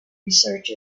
research